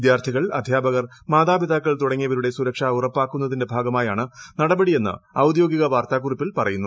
വിദ്യാർത്ഥികൾ അദ്ധ്യാപകർ മാതാപിതാക്കൾ തുടങ്ങിയവരുടെ സുരക്ഷ ഉറപ്പാക്കുന്നതിന്റെ ഭാഗമായാണ് നടപടിയെന്ന് ഔദ്യോഗിക വാർത്താക്കുറിപ്പിൽ പറയുന്നു